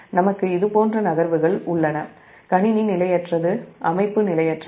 நமக்கு இது போன்ற நகர்வுகள் உள்ளன கணினி அமைப்பு நிலையற்றது